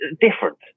different